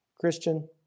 Christian